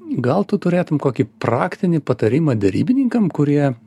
gal tu turėtum kokį praktinį patarimą derybininkam kurie